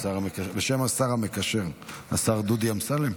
בשם השר המקשר השר דודי אמסלם?